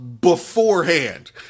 beforehand